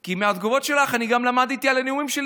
כי מהתגובות שלך אני גם למדתי על הנאומים שלי,